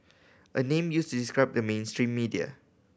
a name used to describe the mainstream media